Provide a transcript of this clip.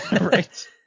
right